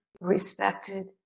respected